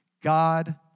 God